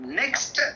next